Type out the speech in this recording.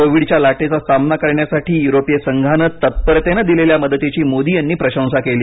कोविडच्या लाटेचा सामना करण्यासाठी युरोपिय संघानं तत्परतेनं दिलेल्या मदतीची मोदी यांनी प्रशंसा केली